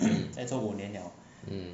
mm